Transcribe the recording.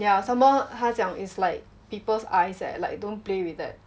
yeah somemore 他讲 it's like people's eyes eh don't play with that